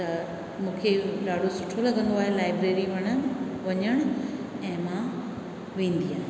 त मूंखे ॾाढो सुठो लॻंदो आहे लाइब्रेरी वञणु वञणु ऐं मां वेंदी आहियां